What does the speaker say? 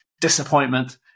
disappointment